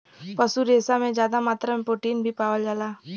पशु रेसा में जादा मात्रा में प्रोटीन भी पावल जाला